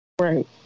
Right